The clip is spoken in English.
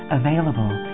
available